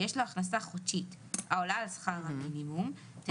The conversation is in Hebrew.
ויש לו הכנסה חודשית העולה על שכר המינימום לחודש,